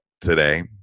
today